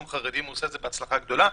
חרדים והוא עושה את זה בהצלחה גדולה,